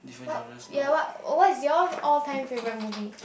what ya what what is your all time favourite movie